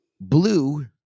Blue